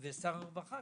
ושר הרווחה